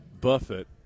Buffett